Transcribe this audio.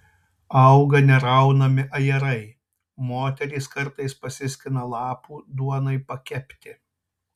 auga neraunami ajerai moterys kartais pasiskina lapų duonai pakepti